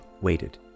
waited